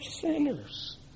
sinners